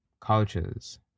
Cultures